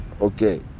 okay